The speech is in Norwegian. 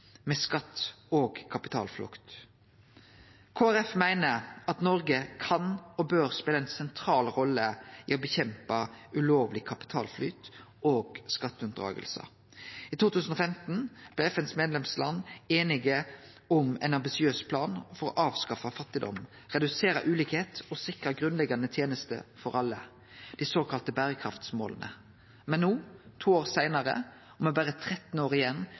med skatt og kapitalflukt. Kristeleg Folkeparti meiner at Noreg kan og bør spele ei sentral rolle i å kjempe mot ulovleg kapitalflyt og skatteunndragingar. I 2015 blei FNs medlemsland einige om ein ambisiøs plan for å avskaffe fattigdom, redusere ulikskap og å sikre grunnleggjande tenester for alle – dei såkalla berekraftsmåla. Men no, to år seinare, og med berre 13 år igjen